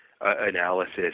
analysis